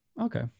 Okay